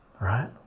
Right